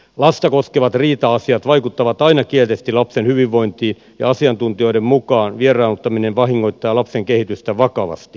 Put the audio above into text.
lasta koskevat riita asiat vaikuttavat aina kielteisesti lapsen hyvinvointiin ja asiantuntijoiden mukaan vieraannuttaminen vahingoittaa lapsen kehitystä vakavasti